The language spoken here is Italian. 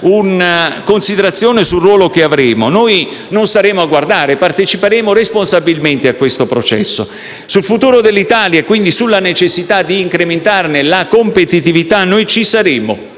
una considerazione sul ruolo che avremo. Noi non saremo a guardare, ma parteciperemo responsabilmente a questo processo. Sul futuro dell'Italia e quindi sulla necessità di incrementarne la competitività noi ci saremo.